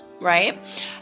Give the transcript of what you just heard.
right